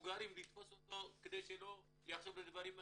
המבוגרים לתפוס אותו כדי שלא יחשבו דברים אחרים.